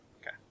Okay